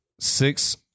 six